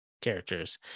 characters